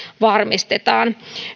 varmistetaan